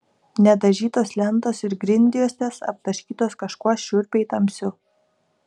nedažytos lentos ir grindjuostės aptaškytos kažkuo šiurpiai tamsiu